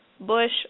Bush